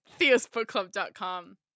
theosbookclub.com